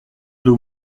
deux